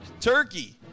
turkey